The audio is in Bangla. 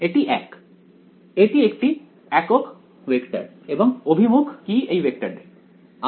এটি এক এটি একটি একক ভেক্টর এবং অভিমুখ কি এই ভেক্টরের r r'